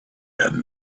have